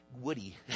woody